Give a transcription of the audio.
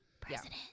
President